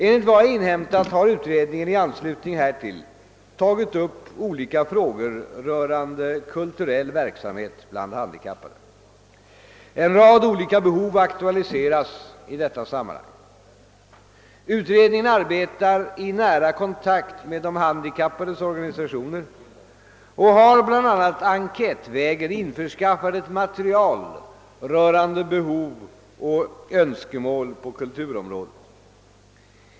Enligt vad jag inhämtat har utredningen i anslutning härtill tagit upp olika frågor rörande kulturell verksamhet bland handikappade. En rad olika behov aktualiseras i detta sammanhang. Utredningen arbetar i nära kontakt med de handikappades organisationer och har bl.a. enkätvägen införskaffat ett material rörande behov och önskemål på kulturområdet.